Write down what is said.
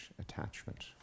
attachment